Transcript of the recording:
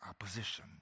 Opposition